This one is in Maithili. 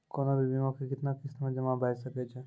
कोनो भी बीमा के कितना किस्त मे जमा भाय सके छै?